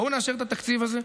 בואו נאשר את התקציב הזה.